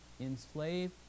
enslave